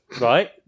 right